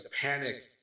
panic